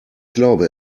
glaube